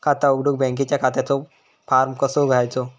खाता उघडुक बँकेच्या खात्याचो फार्म कसो घ्यायचो?